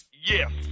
Yes